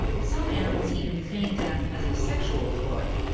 some animals even feign death as a sexual ploy.